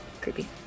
creepy